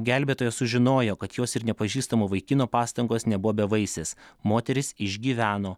gelbėtoja sužinojo kad jos ir nepažįstamo vaikino pastangos nebuvo bevaisės moteris išgyveno